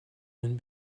and